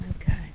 Okay